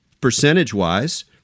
percentage-wise